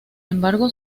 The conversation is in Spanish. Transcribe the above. embargo